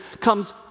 comes